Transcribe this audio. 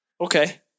Okay